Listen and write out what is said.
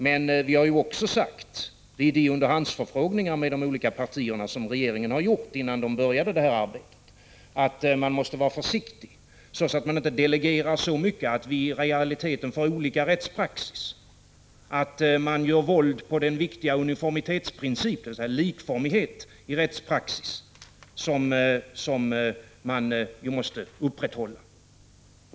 Men vi har också sagt, vid de underhandsförfrågningar med de olika partierna som regeringen har gjort innan den började med detta arbete, att man måste vara försiktig så att man inte delegerar så mycket att vi i realiteten får olika rättspraxis, att man gör våld på den viktiga uniformitetsprincipen i rättspraxis som man ju måste upprätthålla.